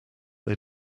they